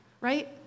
right